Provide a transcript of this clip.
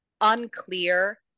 unclear